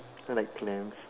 I like clams